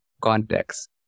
context